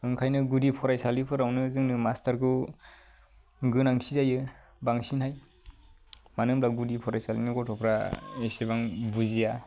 ओंखायनो गुदि फरायसालिफोरावनो जोंनो मास्टारखौ गोनांथि जायो बांसिनहाय मानो होनब्ला गुदि फरायसालिनि गथ'फ्रा एसेबां बुजिया